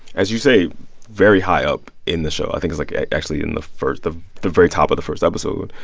as you say very high up in the show i think it was, like, actually in the first the the very top of the first episode,